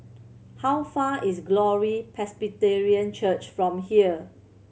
how far is Glory Presbyterian Church from here